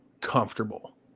comfortable